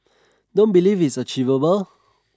don't believe is achievable